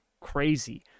crazy